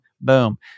boom